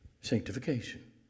sanctification